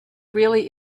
really